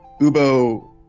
Ubo